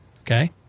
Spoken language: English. okay